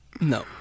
No